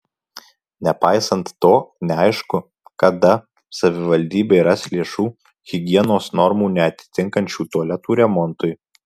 nepaisant to neaišku kada savivaldybė ras lėšų higienos normų neatitinkančių tualetų remontui